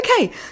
Okay